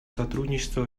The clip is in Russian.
сотрудничества